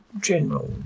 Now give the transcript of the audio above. General